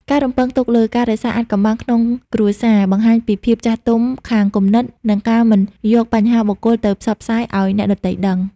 ការរំពឹងទុកលើ "ការរក្សាអាថ៌កំបាំងក្នុងគ្រួសារ" បង្ហាញពីភាពចាស់ទុំខាងគំនិត និងការមិនយកបញ្ហាបុគ្គលទៅផ្សព្វផ្សាយឱ្យអ្នកដទៃដឹង។